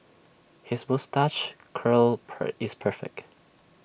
his moustache curl per is perfect